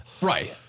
Right